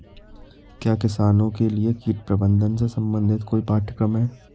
क्या किसानों के लिए कीट प्रबंधन से संबंधित कोई पाठ्यक्रम है?